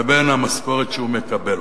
לבין המשכורת שהוא מקבל,